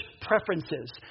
preferences